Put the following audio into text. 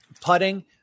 putting